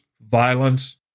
Violence